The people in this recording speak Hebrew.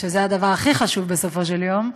שזה הדבר הכי חשוב, בסופו של יום,